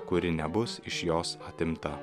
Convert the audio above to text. kuri nebus iš jos atimta